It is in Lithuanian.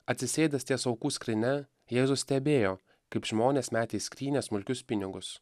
atsisėdęs ties aukų skrynia jėzus stebėjo kaip žmonės metė į skrynią smulkius pinigus